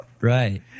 Right